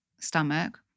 stomach